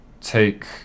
take